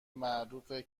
معروفه